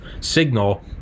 signal